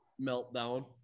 Meltdown